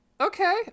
Okay